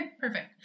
perfect